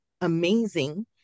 amazing